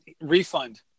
refund